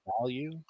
value